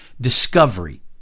discovery